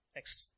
Next